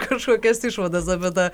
kažkokias išvadas apie tą